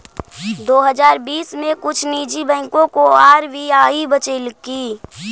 दो हजार बीस में कुछ निजी बैंकों को आर.बी.आई बचलकइ